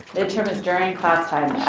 midterm is during class time.